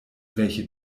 welche